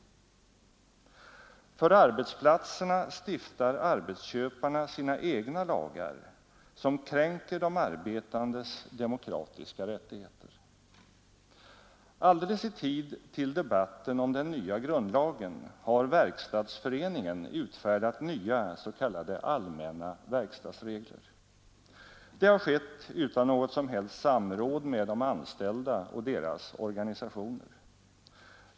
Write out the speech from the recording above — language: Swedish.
För arbetsplatserna stiftar arbetsköparna sina egna lagar, som kränker de arbetandes demokratiska rättigheter. Alldeles i tid till debatten om den nya grundlagen har Verkstadsföreningen utfärdat nya s.k. allmänna verkstadsregler. Det har skett utan något som helst samråd med de anställda och deras organisationer.